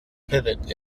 pivot